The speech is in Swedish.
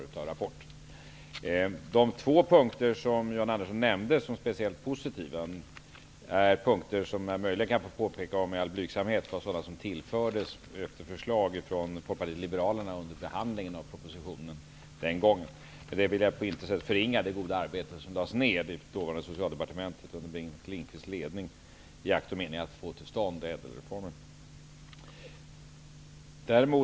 Jag kan i all blygsamhet påpeka att de två punkter som Jan Andersson nämnde som speciellt positiva tillfördes under behandlingen av propositionen efter förslag från Folkpartiet liberalerna. Med det vill jag på intet sätt förringa det goda arbete som lades ned i dåvarande Socialdepartementet under Bengt Lindqvists ledning i akt och mening att få ÄDEL-reformen till stånd.